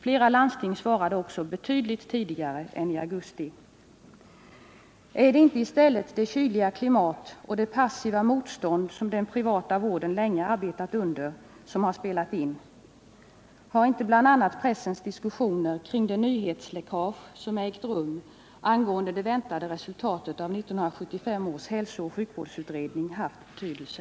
Flera landsting svarade också betydligt tidigare än i augusti. Är inte orsaken till att det inte skett några nyetableringar i stället det kyliga klimat och det passiva motstånd som den privata vården sedan länge arbetat under? Har inte bl.a. pressens diskussioner kring det nyhetsläckage angående det väntade resultatet av 1975 års hälsooch sjukvårdsutredning som ägt rum haft betydelse?